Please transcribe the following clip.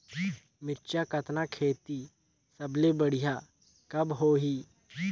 मिरचा कतना खेती सबले बढ़िया कब होही?